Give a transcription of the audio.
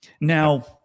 now